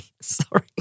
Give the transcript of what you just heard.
sorry